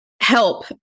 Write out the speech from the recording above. help